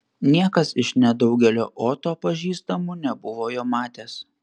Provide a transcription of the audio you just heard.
niekas iš nedaugelio oto pažįstamų nebuvo jo matęs